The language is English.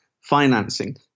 financing